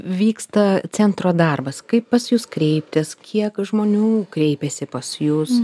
vyksta centro darbas kaip pas jus kreiptis kiek žmonių kreipiasi pas jus